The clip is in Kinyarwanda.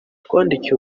twandikiye